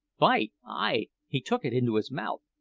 bite? ay! he took it into his mouth,